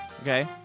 Okay